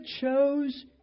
chose